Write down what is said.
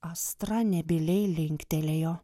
astra nebyliai linktelėjo